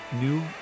new